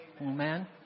Amen